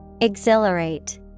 Exhilarate